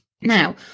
Now